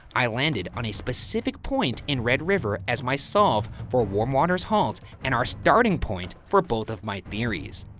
i landed on a specific point in red river as my solve for warm waters halt, and our starting point for both of my theories.